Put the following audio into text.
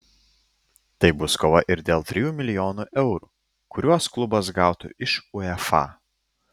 tai bus kova ir dėl trijų milijonų eurų kuriuos klubas gautų iš uefa